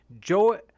Joe